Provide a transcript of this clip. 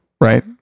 right